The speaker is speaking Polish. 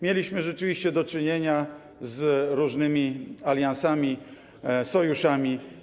Mieliśmy rzeczywiście do czynienia z różnymi aliansami, sojuszami.